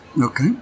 Okay